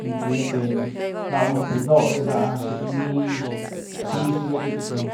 puz gauën puz dózi za áh techi nizh-nizh ni gatyiezyën.